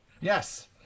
Yes